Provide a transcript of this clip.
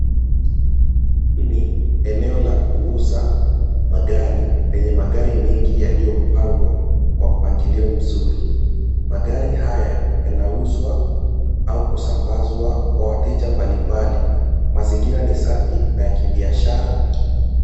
Hii ni eneo la kuuza magari, penye magari mengi yaliyopangwa kwa mpangilio mzuri. Magari haya yanauzwa au kusambazwa kwa wateja mbalimbali. Mazingira ni safi na ya kibiashara.